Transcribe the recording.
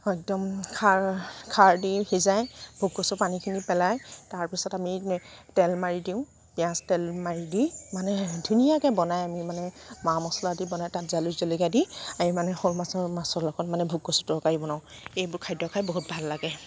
খাৰ খাৰ দি সিজাই ভোগ কচুৰ পানীখিনি পেলাই তাৰ পিছত আমি তেল মাৰি দিওঁ পিঁয়াজ তেল মাৰি দি মানে ধুনীয়াকৈ বনাই আমি মানে মা মছলা দি বনাই তাত জালুক জলকীয়া দি আমি মানে শ'ল মাছ মাছৰ মাছৰ লগত মানে ভোগ কচু তৰকাৰি বনাওঁ এইবোৰ খাদ্য খাই বহুত ভাল লাগে